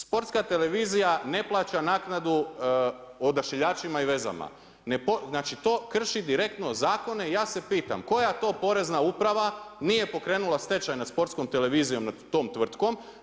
Sportska televizija ne plaća naknadu Odašiljačima i vezama, to krši direktno zakone i ja se pitam koja to Porezna uprava nije pokrenula stečaj nad Sportskom televizijom nad tom tvrtkom?